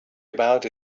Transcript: about